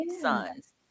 sons